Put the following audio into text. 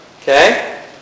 Okay